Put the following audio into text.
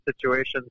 situations